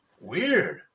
Weird